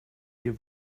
hier